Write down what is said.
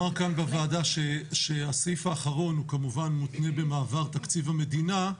נאמר כאן בוועדה שהסעיף האחרון הוא כמובן מותנה במעבר תקציב המדינה,